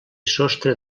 sostre